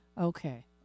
Okay